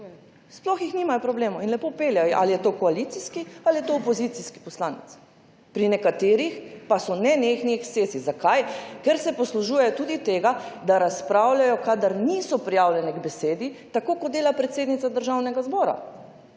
Sploh nimajo problemov in lepo peljejo, pa če je to koalicijski ali je to opozicijski poslanec. Pri nekaterih pa so nenehni ekscesi. Zakaj? Ker se poslužujejo tudi tega, da razpravljajo, kadar niso prijavljeni k besedi. Tako kot dela predsednica Državnega zbora,